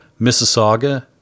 Mississauga